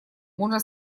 можно